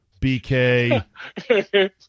BK